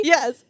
Yes